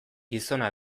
gizona